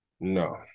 no